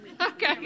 Okay